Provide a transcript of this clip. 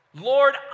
Lord